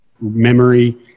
memory